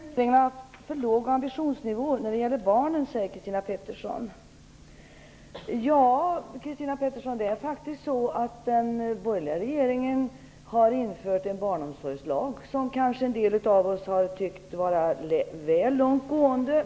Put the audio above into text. Herr talman! Den borgerliga regeringen har haft för låg ambitionsnivå när det gäller barnen, säger Det är faktiskt så, Christina Pettersson, att den borgerliga regeringen har infört en barnomsorgslag, som kanske en del av oss har tyckt vara väl långt gående.